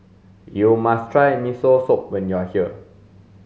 you must try Miso Soup when you are here